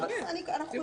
אז זה